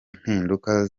mpinduka